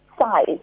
size